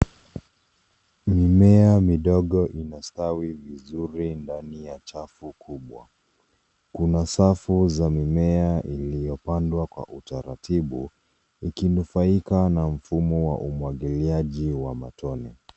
Mimea midogo imestawi vizuri ndani ya chafu kubwa. Kuna safu za mimea iliyopandwa kwa utaratibu ikinufaika na mfumo wa umwagaliaji wa matone.